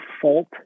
fault